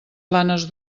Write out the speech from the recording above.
planes